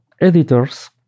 editors